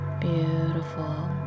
Beautiful